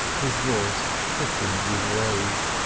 his voice thickened with rage,